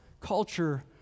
culture